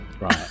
right